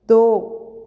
ਦੋ